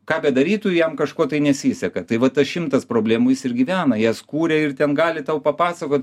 ką bedarytų jam kažko tai nesiseka tai va tas šimtas problemų jis ir gyvena jas kuria ir ten gali tau papasakot